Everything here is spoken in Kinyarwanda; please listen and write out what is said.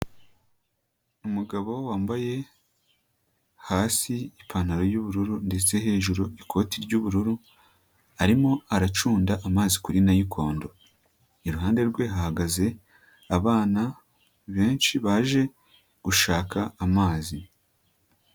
Umugabo wambaye hasi ipantaro y'ubururu ndetse hejuru ikoti ry'ubururu arimo aracunda amazi kuri nayikondo, iruhande rwe hahagaze abana benshi baje gushaka amazi.